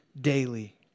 daily